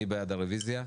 מי בעד הרביזיה?